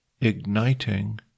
igniting